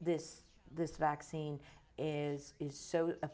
this this vaccine is is so